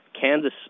Kansas